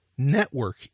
Network